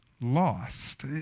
lost